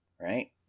Right